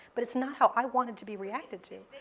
but it's not how i wanted to be reacted to.